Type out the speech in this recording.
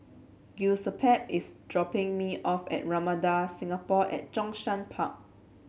Giuseppe is dropping me off at Ramada Singapore at Zhongshan Park